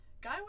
guy